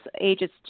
ages